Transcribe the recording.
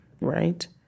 right